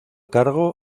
cargo